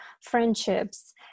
friendships